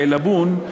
עילבון,